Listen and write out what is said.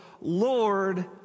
Lord